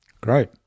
Great